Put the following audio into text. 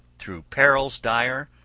through perils dire,